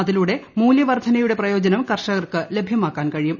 അതിലൂടെ മൂല്യവർധനയുടെ പ്രയോജനം കർഷകർക്ക് ലഭ്യമാക്കാൻ കഴിയും